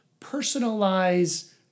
personalize